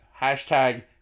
hashtag